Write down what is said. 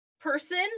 person